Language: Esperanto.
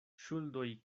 ŝuldoj